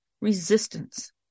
resistance